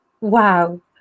Wow